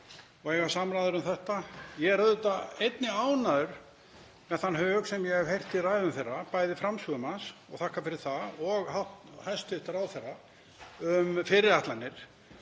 og að eiga samræður um þetta. Ég er auðvitað einnig ánægður með þann hug sem ég hef heyrt í ræðum þeirra, bæði framsögumanns, og þakka fyrir það, og hæstv. ráðherra, um fyrirætlanir.